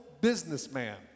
businessman